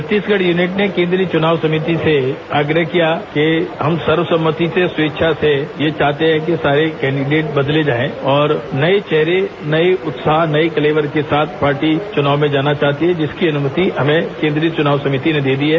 Chhattisgarh unit ने केन्द्रीय चुनाव समिति से आग्रह किया कि हम सर्वसम्मति से स्वेच्छा से यह चाहते हैं कि सारे कैंडिडेट बदले जाए और नये चेहरे नये उत्साह नये कलेवर के साथ पार्टी चुनाव में जाना चाहती है जिसके अनुमति हमें केन्द्रीय चुनाव समिति ने दे दी है